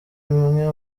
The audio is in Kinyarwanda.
imwe